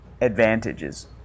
advantages